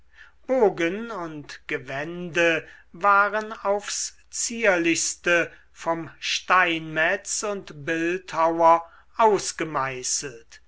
bogen und gewände waren aufs zierlichste vom steinmetz und bildhauer